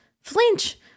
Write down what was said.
flinch